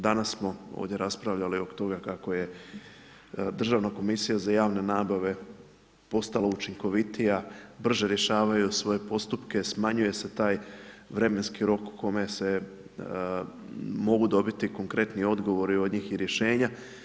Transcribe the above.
Danas smo ovdje raspravljali oko toga kako je Državna komisija za javne nabave postala učinkovitija, brže rješavaju svoje postupke, smanjuje se taj vremenski rok u kome se mogu dobiti konkretni odgovori od njih i rješenja.